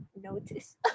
notice